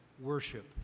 worship